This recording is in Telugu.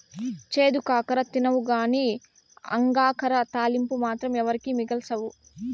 చేదు కాకర తినవుగానీ అంగాకర తాలింపు మాత్రం ఎవరికీ మిగల్సవు